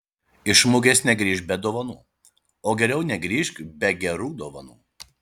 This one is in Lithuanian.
iš mugės negrįžk be dovanų o geriau negrįžk be gerų dovanų